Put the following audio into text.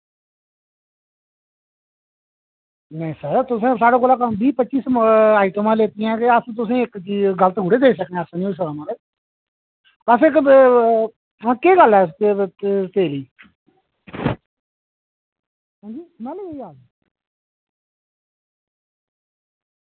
नेईं सर तुसें साढ़े कोला बीह् पच्ची समा आइटमां लैतियां ते अस तुसेंगी इक चीज गलत थोह्ड़े देई सकनें ऐसा निं होई सकदा महाराज बैसे केह् गल्ल ऐ तेल गी